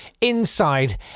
inside